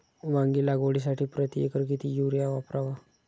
वांगी लागवडीसाठी प्रति एकर किती युरिया वापरावा?